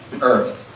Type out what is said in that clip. earth